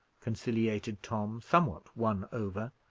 conciliated tom, somewhat won over,